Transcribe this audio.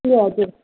ए हजुर